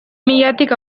milatik